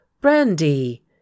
Brandy